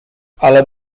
ale